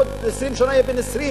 בעוד 20 שנה הוא יהיה בן 20,